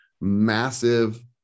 massive